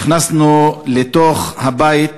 נכנסנו לבית,